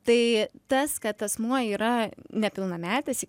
tai tas kad asmuo yra nepilnametis